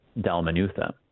Dalmanutha